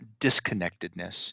disconnectedness